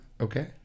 Okay